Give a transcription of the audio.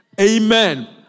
Amen